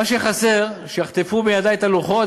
מה שחסר שיחטפו מידיו את הלוחות,